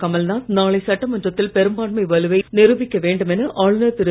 கமல் நாத் நாளை சட்டமன்றத்தில் பெரும்பான்மை வலுவை நிருபிக்க வேண்டும் என ஆளுநர் திரு